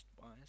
wise